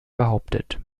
behauptet